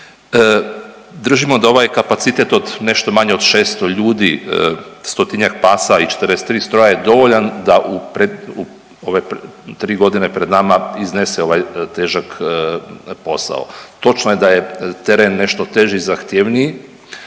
Držimo da ovaj kapacitet od nešto manje od 600 ljudi, stotinjak pasa i 43 stroja je dovoljan da u ove 3 godine pred nama iznese ovaj težak posao. Točno je da je teren nešto teži, zahtjevniji,